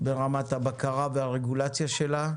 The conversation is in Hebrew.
ברמת הבקרה והרגולציה שלה.